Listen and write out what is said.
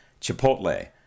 Chipotle